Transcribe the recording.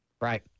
right